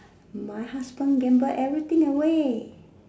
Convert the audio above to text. my husband gamble everything away